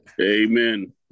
amen